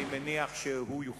אני מניח שהוא יכול